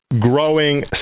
growing